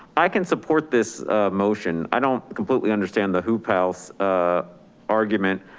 i can support this motion. i don't completely understand the hoop house ah argument,